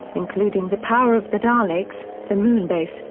including the power of the daleks, the moonbase,